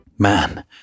man